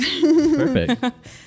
Perfect